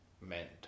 meant